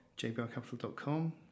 JBRCapital.com